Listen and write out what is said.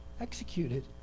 executed